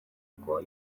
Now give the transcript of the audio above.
uko